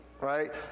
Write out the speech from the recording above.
right